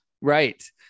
right